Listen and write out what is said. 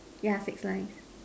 yeah six lines